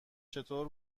چطور